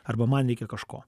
arba man reikia kažko